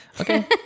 okay